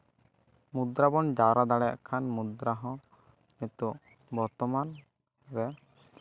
ᱢᱩᱫᱽᱨᱟ ᱵᱚᱱ ᱡᱟᱣᱨᱟ ᱫᱟᱲᱮᱭᱟᱜ ᱠᱷᱟᱱ ᱢᱩᱫᱽᱨᱟ ᱦᱚᱸ ᱱᱤᱛᱚᱜ ᱵᱚᱨᱛᱚᱢᱟᱱ ᱨᱮ